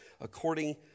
according